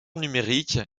numérique